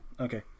Okay